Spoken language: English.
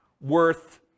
worth